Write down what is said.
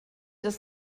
das